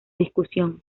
discusión